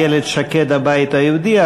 איילת שקד מהבית היהודי,